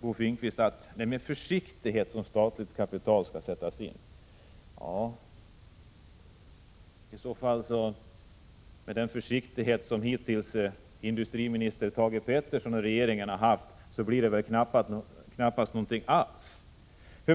Bo Finnkvist säger att det är med försiktighet som statligt kapital skall sättas in. Ja, med den försiktighet som industriminister Thage Peterson och regeringen hittills visat blir det väl knappast någonting alls.